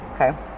Okay